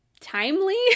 timely